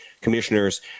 commissioners